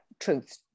truth